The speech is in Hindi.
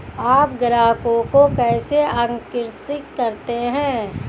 आप ग्राहकों को कैसे आकर्षित करते हैं?